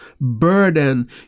burden